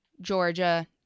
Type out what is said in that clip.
Georgia